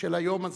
של היום הזה.